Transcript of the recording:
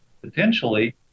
potentially